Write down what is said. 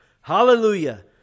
Hallelujah